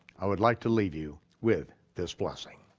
i would like to leave you with this blessing.